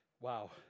wow